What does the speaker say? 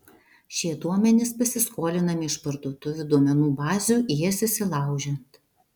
šie duomenys pasiskolinami iš parduotuvių duomenų bazių į jas įsilaužiant